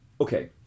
Okay